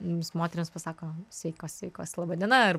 mums moterims pasako sveikos sveikos laba diena ar